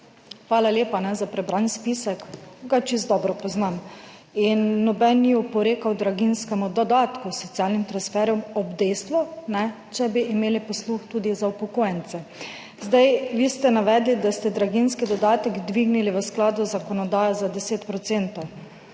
hvala lepa za prebran spisek, ga čisto dobro poznam. Noben ni oporekal draginjskemu dodatku, socialnim transferjem, ob dejstvu, če bi imeli posluh tudi za upokojence. Zdaj, vi ste navedli, da ste draginjski dodatek dvignili v skladu z zakonodajo za 10